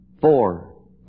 four